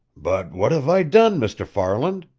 but what have i done, mr. farland?